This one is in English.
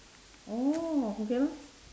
oh okay lah